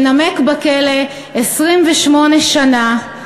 שנמק בכלא 28 שנה,